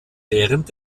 während